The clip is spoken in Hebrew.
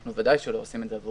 אנחנו ודאי לא עושים את זה עבורה.